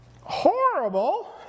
horrible